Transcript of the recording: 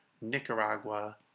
Nicaragua